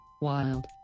Wild